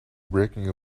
breaking